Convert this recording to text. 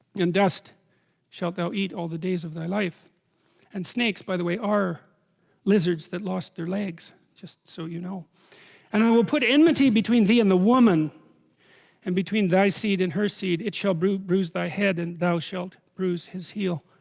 and dust shalt thou eat all the days of my life snakes by the way are lizards that lost their legs just so you know and i will put enmity between thee and the woman and between thy seed and her seed it shall bruise bruise thy head and thou shalt bruise his heel